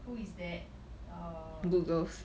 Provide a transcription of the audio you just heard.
who is that err